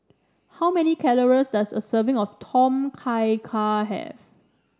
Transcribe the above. how many calories does a serving of Tom Kha Gai have